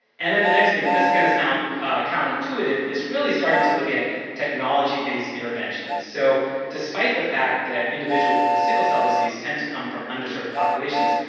and then the next thing, and this is going to sound counterintuitive, is really starting to look at technology-based interventions. so despite the fact that individuals with sickle cell disease tend to come from underserved populations,